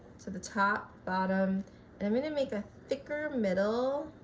to the top bottom and i mean and make a thicker middle